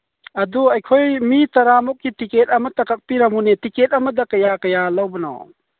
ꯑꯗꯨ ꯑꯩꯈꯣꯏ ꯃꯤ ꯇꯔꯥꯃꯨꯛꯀꯤ ꯇꯤꯀꯦꯠ ꯑꯃꯠꯇ ꯀꯛꯄꯤꯔꯝꯃꯨꯅꯦ ꯇꯤꯀꯦꯠ ꯑꯃꯗ ꯀꯌꯥ ꯀꯌꯥ ꯂꯧꯕꯅꯣ